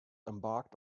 embarked